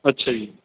ਅੱਛਾ ਜੀ